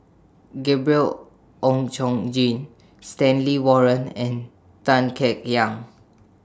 Gabriel Oon Chong Jin Stanley Warren and Tan Kek Hiang